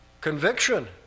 conviction